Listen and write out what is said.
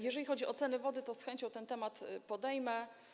Jeżeli chodzi o ceny wody, to z chęcią ten temat podejmę.